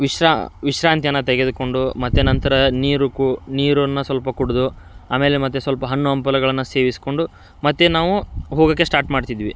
ವಿಶ್ರಾ ವಿಶ್ರಾಂತಿಯನ್ನು ತೆಗೆದುಕೊಂಡು ಮತ್ತು ನಂತರ ನೀರು ಕೂ ನೀರನ್ನು ಸ್ವಲ್ಪ ಕುಡಿದು ಆಮೇಲೆ ಮತ್ತೆ ಸ್ವಲ್ಪ ಹಣ್ಣು ಹಂಪಲುಗಳನ್ನು ಸೇವಿಸಿಕೊಂಡು ಮತ್ತೆ ನಾವು ಹೋಗಕ್ಕೆ ಸ್ಟಾರ್ಟ್ ಮಾಡ್ತಿದ್ವಿ